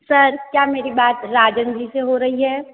sir क्या मेरी बात राजन जी से हो रही है